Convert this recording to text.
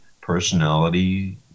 personality